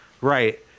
right